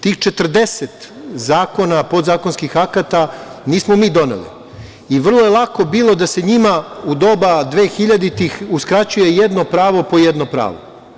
Tih 40 zakona, podzakonskih akata nismo mi doneli i vrlo je lako bilo da se njima u doba dvehiljaditih uskraćuje jedno pravo po jednu pravo.